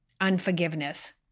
unforgiveness